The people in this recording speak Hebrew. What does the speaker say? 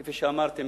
כפי שאמרתי,